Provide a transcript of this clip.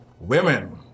Women